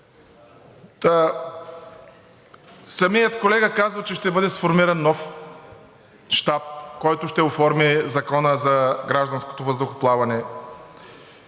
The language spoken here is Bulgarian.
Самият колега казва, че ще бъде сформиран нов щаб, който ще оформи Закона за гражданското въздухоплаване,